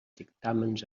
dictàmens